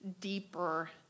deeper